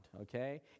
okay